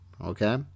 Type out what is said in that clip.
okay